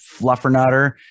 fluffernutter